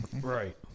Right